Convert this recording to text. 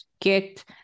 get